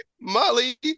Molly